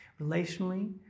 relationally